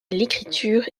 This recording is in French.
l’écriture